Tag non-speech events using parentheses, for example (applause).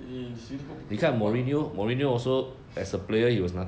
!ee! 斯都不够大 (noise)